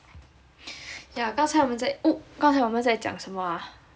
yeah 刚才我们在 oh 刚才我们在讲什么 ah